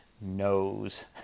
knows